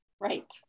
Right